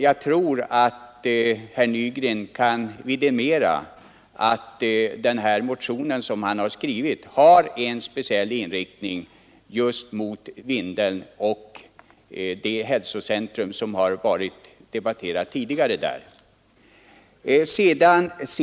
Jag tror att herr Nygren kan vidimera att den motion han skrivit har speciell inriktning på Vindeln och förläggningen dit av ett hälsocentrum, något som även tidigare har debatterats.